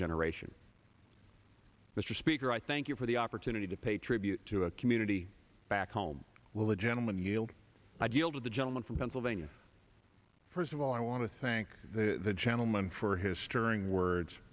generation mr speaker i thank you for the opportunity to pay tribute to a community back home will a gentleman yield ideal to the gentleman from pennsylvania first of all i want to thank the gentleman for his stirring words